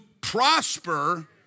prosper